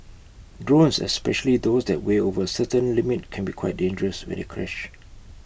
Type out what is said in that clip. drones especially those that weigh over A certain limit can be quite dangerous when they crash